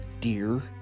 dear